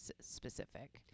specific